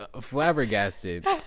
flabbergasted